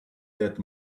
that